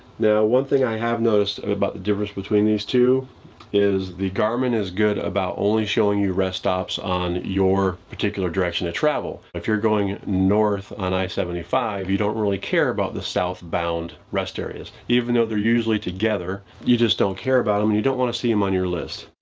now, one thing i have noticed about the difference between these two is the garmin is good about only showing you rest stops on your particular direction of travel. if you're going north on i seventy five, you don't really care about the southbound rest areas, even though they're usually together, you just don't care about them, and you don't want to see them on your list.